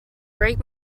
break